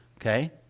okay